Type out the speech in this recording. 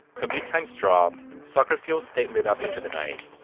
commute times dropped, soccer fields stayed lit up into the night,